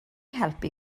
helpu